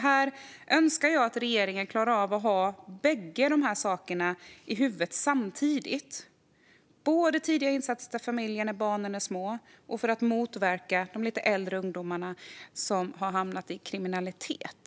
Jag önskar att regeringen klarar av att ha de båda sakerna i huvudet samtidigt, både tidiga insatser till familjer när barnen är små och insatser för att motverka att de lite äldre ungdomarna hamnar i kriminalitet.